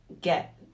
get